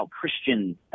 Christian